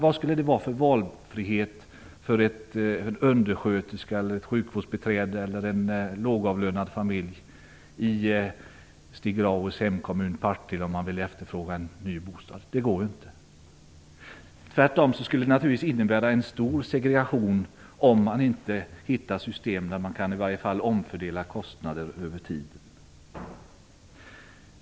Vad skulle det vara för valfrihet för en undersköterska, ett sjukvårdsbiträde eller en lågavlönad familj i Stig Grauers hemkommun Partille som vill efterfråga en ny bostad? Det går inte. Tvärtom skulle detta naturligtvis innebära en stor segregation, om man inte hittar ett system som i alla fall gör det möjligt att omfördela kostnader över tiden.